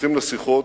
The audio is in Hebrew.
נכנסים לשיחות,